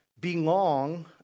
belong